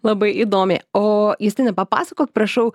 labai įdomiai o justina papasakok prašau